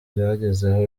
byagezeho